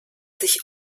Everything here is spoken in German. sich